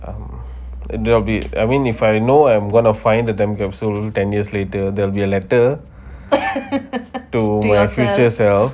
um and they'll be I mean if I know I'm gonna find the time capsule ten years later they'll be a letter to my future self